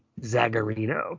Zagarino